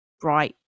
bright